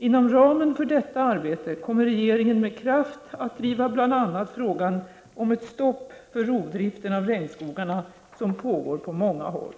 Inom ramen för detta arbete kommer regeringen att med kraft driva bl.a. frågan om ett stopp för den rovdrift av regnskogarna som pågår på många håll.